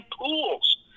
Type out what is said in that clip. pools